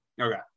Okay